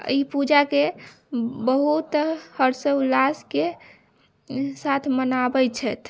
ई पूजा के बहुत हर्ष उल्लास के साथ मनाबैत छथि